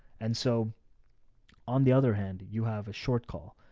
and so on the other hand, you have a short call.